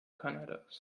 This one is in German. kanadas